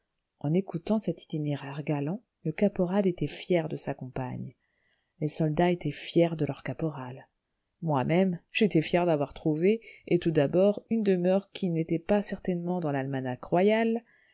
en écoutant cet itinéraire galant le caporal était fier de sa compagne les soldats étaient fiers de leur caporal moi-même j'étais fier d'avoir trouvé et tout d'abord une demeure qui n'était pas certainement dans l'almanach royal